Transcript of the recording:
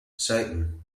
satan